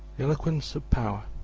eloquence of power.